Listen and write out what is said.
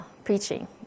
preaching